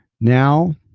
Now